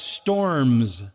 storms